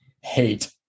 hate